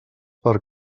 per